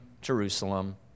Jerusalem